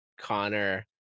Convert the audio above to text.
connor